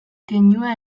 keinua